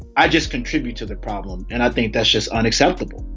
i just contribute to the problem. and i think that's just unacceptable